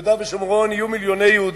ביהודה ושומרון יהיו מיליוני יהודים.